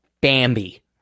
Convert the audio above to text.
Bambi